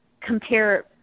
compare